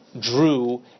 drew